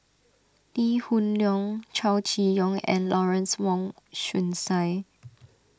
Lee Hoon Leong Chow Chee Yong and Lawrence Wong Shyun Tsai